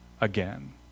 again